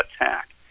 attack